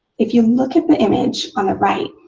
if you look at the image on the right,